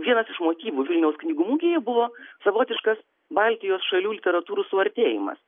vienas iš motyvų vilniaus knygų mugėje buvo savotiškas baltijos šalių literatūrų suartėjimas